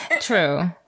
true